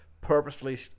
purposefully